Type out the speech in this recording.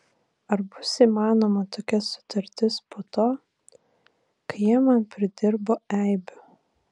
ar bus įmanoma tokia sutartis po to kai jie man pridirbo eibių